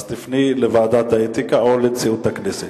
אז תפני אל ועדת האתיקה או אל נשיאות הכנסת.